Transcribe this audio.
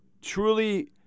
truly